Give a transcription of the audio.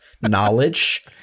knowledge